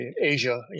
Asia